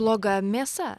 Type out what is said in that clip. bloga mėsa